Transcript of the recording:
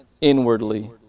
inwardly